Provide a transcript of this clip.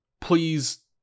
Please